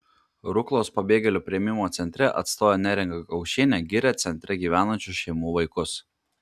ruklos pabėgėlių priėmimo centro atstovė neringa gaučienė giria centre gyvenančių šeimų vaikus